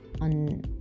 on